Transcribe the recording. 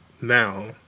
Now